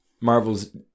Marvel's